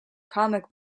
comic